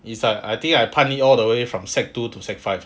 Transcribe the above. it's like I think I 叛逆 all the way from sec two to sec five